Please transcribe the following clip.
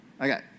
Okay